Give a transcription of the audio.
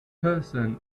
person